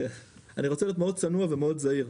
אני רוצה להיות מאוד צנוע ומאוד זהיר.